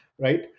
right